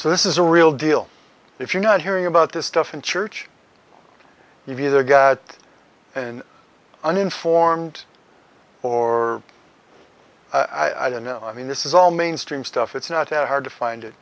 so this is a real deal if you're not hearing about this stuff in church you've either got an uninformed or i don't know i mean this is all mainstream stuff it's not that hard to find